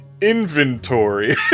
inventory